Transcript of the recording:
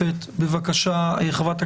בבקשה.